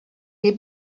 les